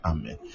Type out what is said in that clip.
Amen